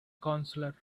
counselor